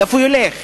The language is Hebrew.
איפה ילך?